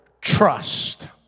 trust